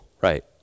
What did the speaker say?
right